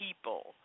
people